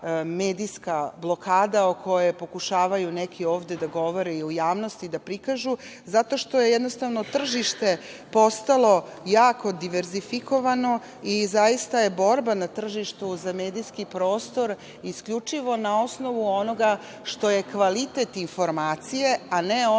medijska blokada o kojoj pokušavaju neki ovde da govore i u javnosti da prikažu, zato što je jednostavno tržište postalo jako diverzifikovano i zaista je borba na tržištu za medijski prostor isključivo na osnovu onoga što je kvalitet informacije, a ne ono